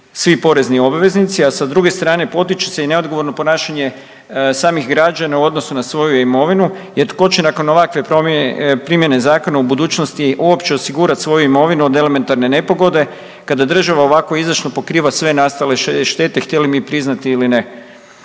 svi porezni obveznici, a sa druge strane, potiče se i neodgovorno ponašanje samih građana u odnosu na svoju imovinu jer tko će nakon ovakve promjene, primjene zakona u budućnosti osigurati svoju imovinu od elementarne nepogode kada država ovako izdašno pokriva sve nastale štete, htjeli mi priznati ili ne.